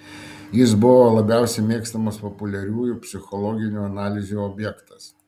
jis buvo labiausiai mėgstamas populiariųjų psichologinių analizių objektas